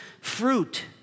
fruit